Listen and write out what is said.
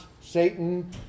Satan